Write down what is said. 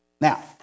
Now